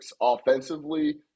Offensively